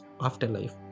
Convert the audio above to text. afterlife